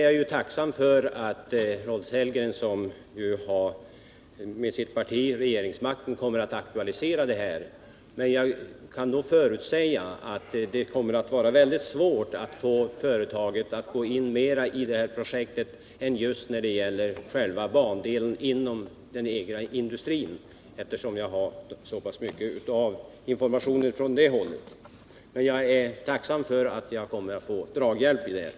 Jag är tacksam för att Rolf Sellgren, som ju tillhör det parti som innehar regeringsmakten, vet mera och kommer att aktualisera denna industrispårutbyggnad, men jag kan förutsäga att det kommer att bli väldigt svårt att få företaget att gå in med pengar i projektet mer än till just bandelen inom det egna industriområdet. Så pass mycket information har jag från det hållet att jag kan förutsäga det. Men jag är tacksam för att jag kommer att få draghjälp i denna fråga.